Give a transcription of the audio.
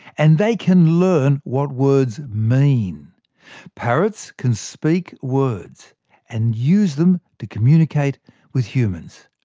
and they can learn what words mean parrots can speak words and use them to communicate with humans.